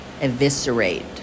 eviscerate